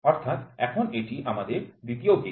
অর্থাৎ এখন এটি আমার ২'য় গেজ